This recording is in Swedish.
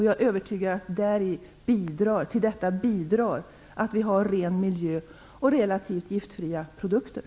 Jag är övertygad om att till detta bidrar att vi har ren miljö och relativt giftfria produkter.